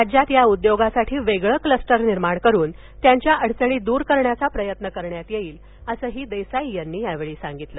राज्यात या उद्योगासाठी वेगळं क्लस्टर निर्माण करून त्यांच्या अडचणी दूर करण्याचा प्रयत्न करण्यात येईल असं देसाई यांनी सांगितलं